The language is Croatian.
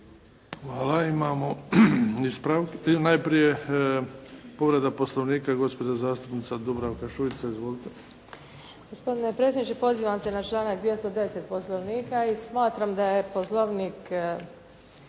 Hvala. Imamo ispravak. Najprije povreda Poslovnika, gospođa zastupnica Dubravka Šuica. Izvolite. **Šuica, Dubravka (HDZ)** Gospodine predsjedniče, pozivam se na članak 210. Poslovnika i smatram da je Poslovnik